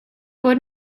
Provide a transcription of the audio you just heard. bod